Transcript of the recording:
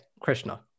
Krishna